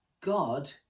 God